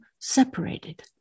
separated